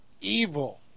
evil